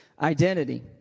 identity